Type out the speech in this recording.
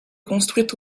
construite